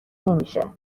نمیشه